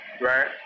right